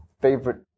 favorite